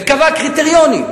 וקבעה קריטריונים,